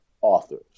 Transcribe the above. authors